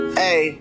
hey